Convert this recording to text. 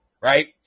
right